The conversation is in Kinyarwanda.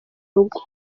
rugo